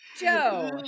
joe